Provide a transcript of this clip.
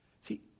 See